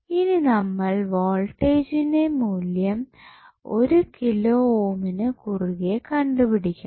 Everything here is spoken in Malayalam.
ഇനി നമ്മൾ വോൾട്ടേജ്ജിന്റെ മൂല്യം ഒരു കിലോ ഓമിന് കുറുകെ കണ്ടുപിടിക്കണം